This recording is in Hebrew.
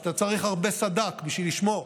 אז אתה צריך הרבה סד"כ בשביל לשמור.